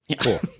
Cool